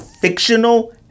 fictional